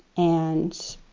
and